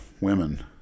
women